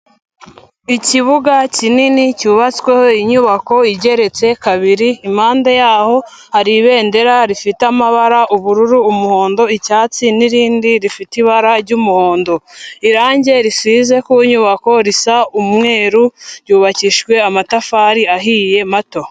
Ikibuga kinini cyubatsweho inyubako igeretse kabiri, impande yaho, hari ibendera rifite amabara ubururu, umuhondo, icyatsi n'irindi rifite ibara ry'umuhondo. Irange risize ku nyubako risa umweru, ryubakishijwe amatafari ahiye, mato.